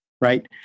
right